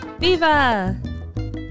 Viva